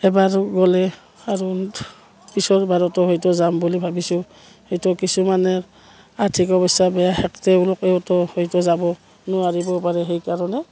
এবাৰ গ'লে আৰু পিছৰ বাৰতো হয়তো যাম বুলি ভাবিছোঁ হয়তো কিছুমানে আৰ্থিক অৱস্থা বেয়া তেওঁলোকেওতো হয়তো যাব নোৱাৰিবও পাৰে সেইকাৰণে